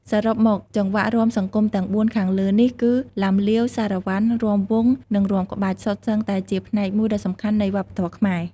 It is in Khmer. សរុបមក ចង្វាក់រាំសង្គមទាំងបួនខាងលើនេះ គឺ ឡាំលាវ សារ៉ាវ៉ាន់ រាំវង់ និងរាំក្បាច់ សុទ្ធសឹងតែជាផ្នែកមួយដ៏សំខាន់នៃវប្បធម៌ខ្មែរ